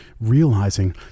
realizing